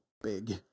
big